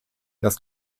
das